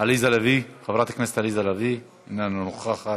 חברת הכנסת עליזה לביא, אינה נוכחת,